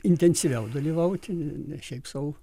intensyviau dalyvauti ne šiaip sau